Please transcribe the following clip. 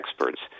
experts